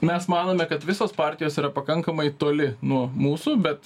mes manome kad visos partijos yra pakankamai toli nuo mūsų bet